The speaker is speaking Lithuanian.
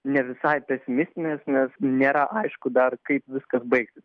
ne visai pesimistinės nes nėra aišku dar kaip viskas baigsis